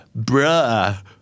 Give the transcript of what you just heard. bruh